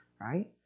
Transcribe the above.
right